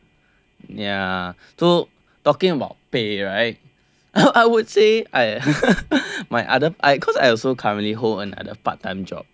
ya so talking about pay right I would say I my other I cause I also currently hold another part time job